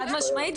חד משמעית,